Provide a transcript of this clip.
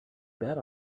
bet